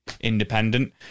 independent